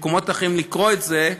ממקומות אחרים לקרוא את זה,